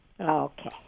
Okay